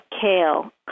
kale